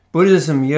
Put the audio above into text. Buddhism